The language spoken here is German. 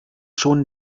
schon